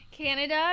Canada